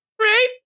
Right